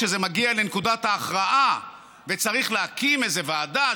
כשזה מגיע לנקודת ההכרעה וצריך להקים איזה ועדה,